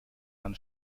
man